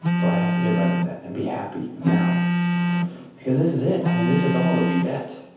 so i have to get right with that and be happy now because this is it. i mean, this is a hole that we get.